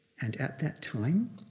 and at that time,